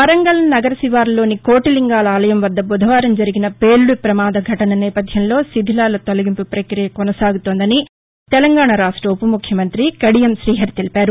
వరంగల్ నగర శివారులోని కోటిలింగాల ఆలయం వద్ద బుధవారం జరిగిన పేలుడు ప్రమాద ఘటన నేపథ్యంలో శిధిలాల తొలగింపు ప్రక్రియ కొనసాగుతోందని తెలంగాణా రాష్ట ఉప ముఖ్యమంత్రి కడియం శ్రీహరి తెలిపారు